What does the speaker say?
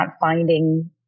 finding